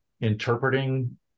interpreting